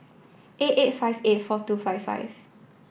eight eight five eight four two five five